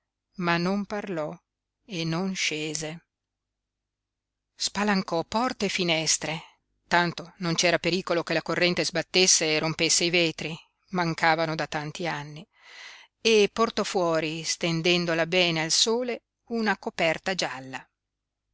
ma non parlò e non scese spalancò porte e finestre tanto non c'era pericolo che la corrente sbattesse e rompesse i vetri mancavano da tanti anni e portò fuori stendendola bene al sole una coperta gialla